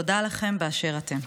תודה לכם באשר אתם.